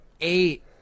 eight